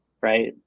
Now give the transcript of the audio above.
right